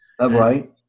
Right